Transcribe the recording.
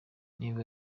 niba